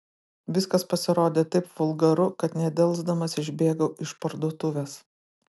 viskas pasirodė taip vulgaru kad nedelsdamas išbėgau iš parduotuvės